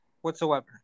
Whatsoever